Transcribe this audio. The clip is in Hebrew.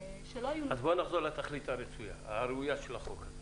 שלא היו --- בואי נחזור לתכלית הראויה של החוק הזה.